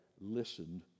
listened